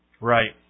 Right